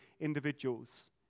individuals